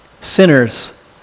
sinners